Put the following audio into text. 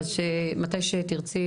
או מתי שתרצי